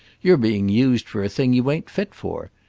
you're being used for a thing you ain't fit for.